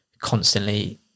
constantly